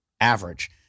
average